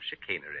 chicanery